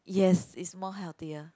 yes is more healthier